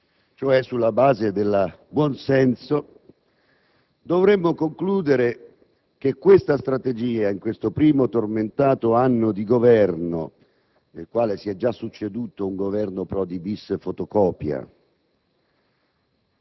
cioè sulla base del buon senso, dovremmo concludere che questa strategia e questo primo tormentato anno di governo, nel quale si è già succeduto un Governo Prodi-*bis* fotocopia,